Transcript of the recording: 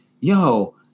yo